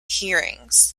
hearings